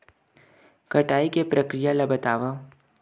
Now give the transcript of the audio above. कटाई के प्रक्रिया ला बतावव?